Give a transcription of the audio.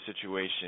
situation